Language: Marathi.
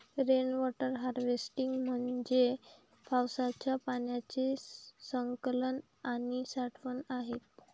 रेन वॉटर हार्वेस्टिंग म्हणजे पावसाच्या पाण्याचे संकलन आणि साठवण आहे